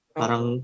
parang